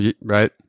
right